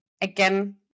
again